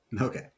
Okay